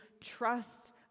trust